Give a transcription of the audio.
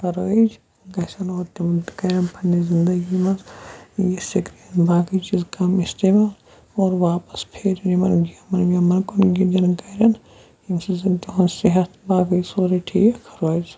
رٲیِج گژھن اور تِم تہِ کَرن پںٛنہِ زندگی منٛز یہِ سِکریٖن باقٕے چیٖز کَم استعمال اور واپَس پھیرن یِمَن گیمَن ویمَن کُن گِنٛدٮ۪ن کَرن ییٚمہِ سۭتۍ زَن تِہُنٛد صحت باقٕے سوُرے ٹھیٖک روزِ